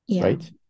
Right